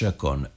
con